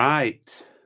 right